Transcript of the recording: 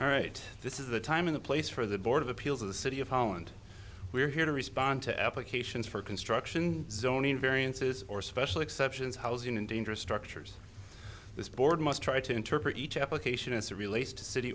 all right this is the time in the place for the board of appeals of the city of holland we're here to respond to applications for construction zoning variances or special exceptions housing in dangerous structures this board must try to interpret each application as it relates to city